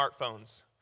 smartphones